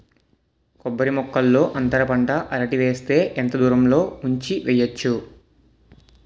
కొబ్బరి మొక్కల్లో అంతర పంట అరటి వేస్తే ఎంత దూరం ఉంచి వెయ్యొచ్చు?